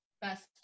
best